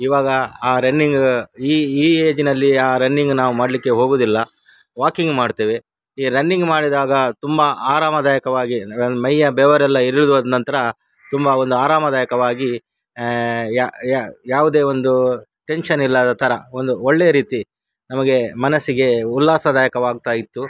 ಇವಾಗ ಆ ರನ್ನಿಂಗ್ ಈ ಈ ಏಜಿನಲ್ಲಿ ಆ ರನ್ನಿಂಗ್ ನಾವು ಮಾಡಲಿಕ್ಕೆ ಹೋಗುವುದಿಲ್ಲ ವಾಕಿಂಗ್ ಮಾಡ್ತೇವೆ ಈ ರನ್ನಿಂಗ್ ಮಾಡಿದಾಗ ತುಂಬ ಆರಾಮದಾಯಕವಾಗಿ ಮೈಯ್ಯ ಬೆವರೆಲ್ಲ ಇಳಿದೋದ ನಂತರ ತುಂಬ ಒಂದು ಆರಾಮದಾಯಕವಾಗಿ ಯಾವುದೇ ಒಂದು ಟೆನ್ಷನ್ ಇಲ್ಲದ ಥರ ಒಂದು ಒಳ್ಳೆಯ ರೀತಿ ನಮಗೆ ಮನಸ್ಸಿಗೆ ಉಲ್ಲಾಸದಾಯಕವಾಗ್ತಾ ಇತ್ತು